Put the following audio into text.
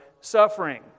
suffering